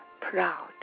proud